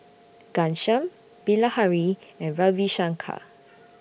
Ghanshyam Bilahari and Ravi Shankar